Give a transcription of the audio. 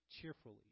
cheerfully